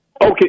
Okay